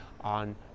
on